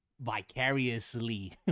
vicariously